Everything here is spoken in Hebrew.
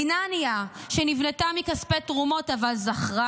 מדינה ענייה שנבנתה מכספי תרומות אבל זכרה